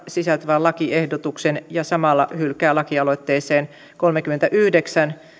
sisältyvän lakiehdotuksen ja samalla hylkää laki aloitteeseen kolmekymmentäyhdeksän